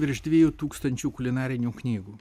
virš dviejų tūkstančių kulinarinių knygų